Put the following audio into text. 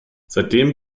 seitdem